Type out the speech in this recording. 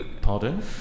Pardon